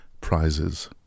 prizes